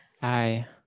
Hi